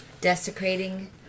Desecrating